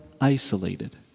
isolated